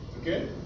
Okay